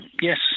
yes